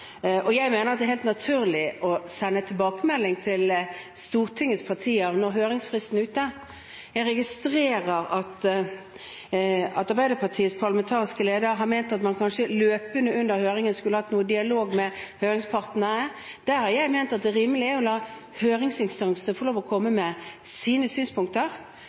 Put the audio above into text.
helt naturlig å sende tilbakemelding til partiene på Stortinget når høringsfristen er ute. Jeg registrerer at Arbeiderpartiets parlamentariske leder har ment at man kanskje løpende under høringen skulle hatt noe dialog med høringspartene. Jeg har ment at det er rimelig å la høringsinstanser få lov til å komme med sine synspunkter.